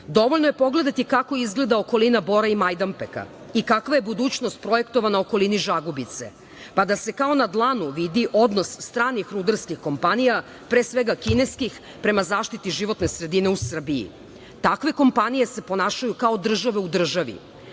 Dovoljno je pogledati kako izgleda okolina Bora i Majdanpeka i kakva je budućnost projektovana u okolini Žagubice, pa da se kao na dlanu vidi odnos stranih rudarskih kompanija, pre svega kineskih, prema zaštiti životne sredine u Srbiji. Takve kompanije se ponašaju kao države u državi.